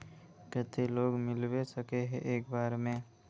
केते लोन मिलबे सके है एक बार में?